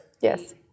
yes